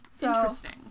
Interesting